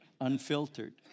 unfiltered